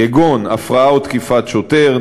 כגון הפרעה או תקיפת שוטר,